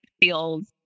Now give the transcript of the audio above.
feels